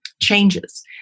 changes